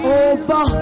over